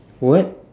what